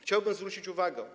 Chciałbym zwrócić uwagę.